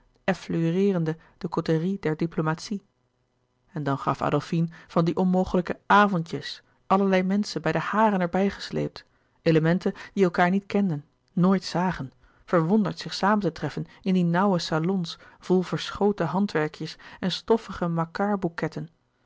effleureerende de côterie der diplomatie en dan gaf adolfine van die onmogelijke avondjes allerlei menschen bij de haren er bij gesleept elementen die elkaâr niet kenden nooit zagen verwonderd zich samen te treffen in die nauwe salons vol verschoten handwerkjes en stoffige